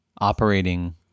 operating